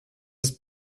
ist